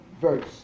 verse